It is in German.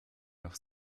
noch